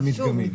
אז שוב,